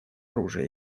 оружия